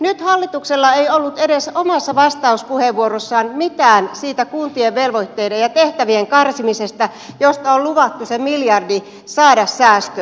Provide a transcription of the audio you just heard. nyt hallituksella ei ollut edes omassa vastauspuheenvuorossaan mitään siitä kuntien velvoitteiden ja tehtävien karsimisesta josta on luvattu se miljardi saada säästöä